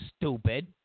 stupid